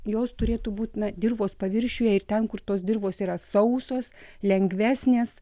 jos turėtų būt na dirvos paviršiuje ir ten kur tos dirvos yra sausos lengvesnės